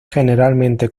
generalmente